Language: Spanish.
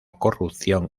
corrupción